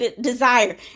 desire